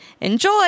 Enjoy